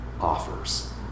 offers